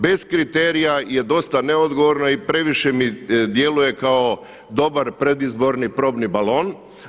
Bez kriterija je dosta neodgovorno i previše mi djeluje kao dobar predizborni probni balon.